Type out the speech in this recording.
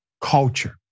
culture